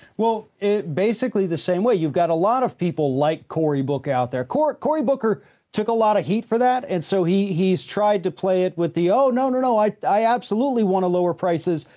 well, basically the same way. you've got a lot of people like corey booker out there. corey, corey booker took a lot of heat for that and so he, he's tried to play it with the, oh no, no, no, i, i absolutely want to lower prices.